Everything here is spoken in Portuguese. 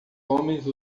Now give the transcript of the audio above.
homens